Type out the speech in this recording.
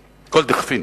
דכפין.